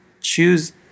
choose